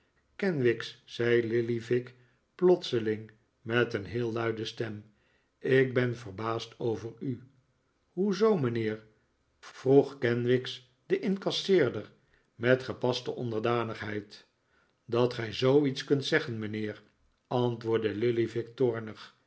kenwigs zei lillyvick plotseling met een heel luide stem ik ben verbaasd over u hoe zoo mijnheer vroeg kenwigs den incasseerder met gepaste onderdanigheid dat gij zooiets kunt zeggen mijnheer antwoordde lillyvick